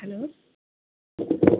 hello